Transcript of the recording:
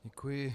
Děkuji.